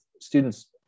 students